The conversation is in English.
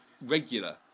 regular